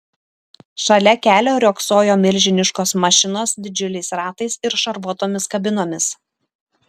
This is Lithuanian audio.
šalia kelio riogsojo milžiniškos mašinos didžiuliais ratais ir šarvuotomis kabinomis